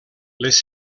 les